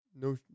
no